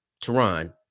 Tehran